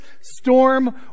storm